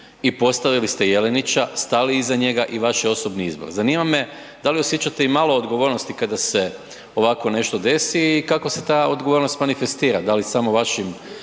i postavili ste Jelenića, stali iza njega i vaš je osobni izbor. Zanima me, da li osjećate imalo odgovornosti kada se ovako nešto desi i kako se ta odgovornost manifestira, da li samo vašim